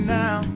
now